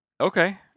Okay